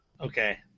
Okay